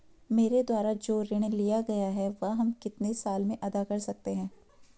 मेरे द्वारा जो ऋण लिया गया है वह हम कितने साल में अदा कर सकते हैं?